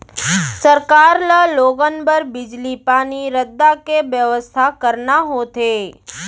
सरकार ल लोगन बर बिजली, पानी, रद्दा के बेवस्था करना होथे